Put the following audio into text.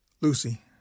Lucy